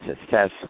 success